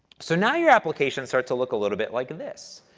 so, now your applications start to look a little bit like this.